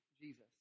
Jesus